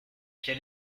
quel